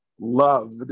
Loved